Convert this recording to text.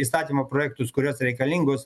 įstatymų projektus kuriuos reikalingus